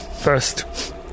First